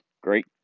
great